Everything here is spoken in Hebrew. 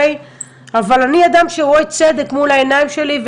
אבל אני אדם שרואה צדק מול העיניים שלי,